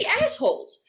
assholes